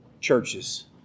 churches